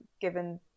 given